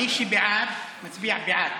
מי שבעד, מצביע בעד.